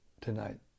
tonight